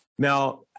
Now